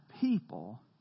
people